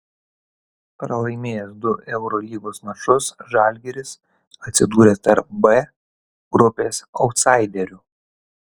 pralaimėjęs du eurolygos mačus žalgiris atsidūrė tarp b grupės autsaiderių